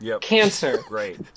Cancer